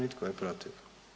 I tko je protiv?